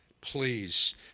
Please